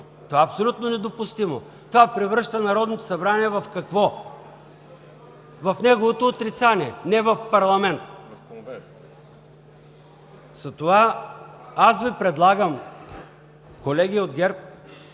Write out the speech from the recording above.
Това е абсолютно недопустимо, превръща Народното събрание в какво – в неговото отрицание, не в парламент. Затова аз Ви предлагам, колеги от ГЕРБ,